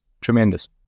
tremendous